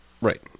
Right